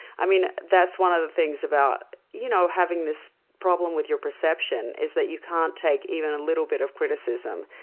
that's one of the things about you know having this problem with your perception is that you can't take even a little bit of criticism.